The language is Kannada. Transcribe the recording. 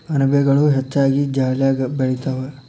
ಅಣಬೆಗಳು ಹೆಚ್ಚಾಗಿ ಜಾಲ್ಯಾಗ ಬೆಳಿತಾವ